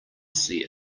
see